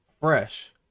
Fresh